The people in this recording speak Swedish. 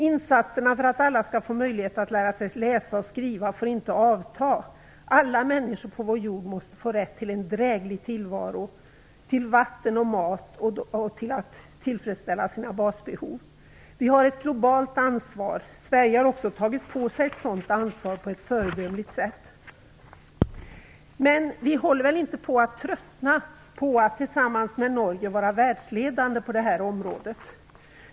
Insatserna för att alla skall få möjlighet att lära sig läsa och skriva får inte avta. Alla människor på vår jord måste få rätt till en dräglig tillvaro, till vatten och mat och till att tillfredsställa sina basbehov. Vi har ett globalt ansvar, och Sverige har också tagit på sig ett sådan ansvar på ett föredömligt sätt. Men vi håller väl inte på tröttna på att tillsammans med Norge vara världsledande på det här området?